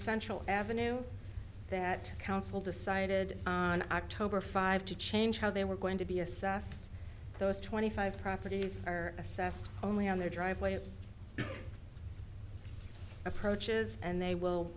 central avenue that council decided on october five to change how they were going to be assessed those twenty five properties are assessed only on their driveway approaches and they